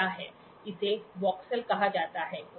इसे वोक्सल कहा जाता है ओके